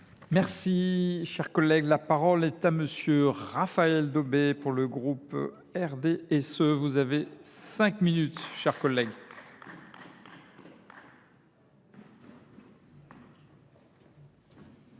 Merci, chers collègues. La parole est à monsieur Raphaël Dobé pour le groupe RDSSE. Vous avez cinq minutes, chers collègues.